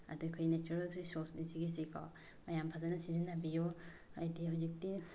ꯑꯗꯨ ꯑꯩꯈꯣꯏ ꯅꯦꯆꯔꯦꯜ ꯔꯤꯁꯣꯔꯁꯅꯤ ꯁꯤꯒꯤꯁꯤꯀꯣ ꯃꯌꯥꯝ ꯐꯖꯅ ꯁꯤꯖꯤꯟꯅꯕꯤꯌꯨ ꯍꯥꯏꯗꯤ ꯍꯧꯖꯤꯛꯇꯤ